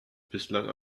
bislang